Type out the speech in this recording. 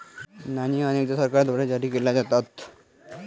नाणी अनेकदा सरकारद्वारे जारी केल्या जातात